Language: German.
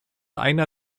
einer